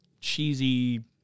cheesy